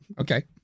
Okay